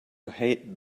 hate